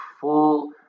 full